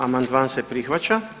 Amandman se prihvaća.